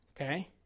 okay